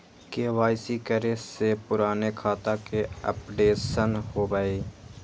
KYC करें से पुराने खाता के अपडेशन होवेई?